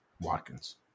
Watkins